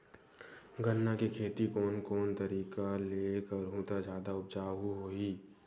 गन्ना के खेती कोन कोन तरीका ले करहु त जादा उपजाऊ होही?